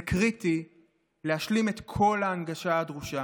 זה קריטי להשלים את כל ההנגשה הדרושה.